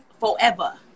Forever